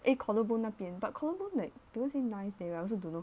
eh collar bone 那边 but collar bone like people say nice eh I also don't know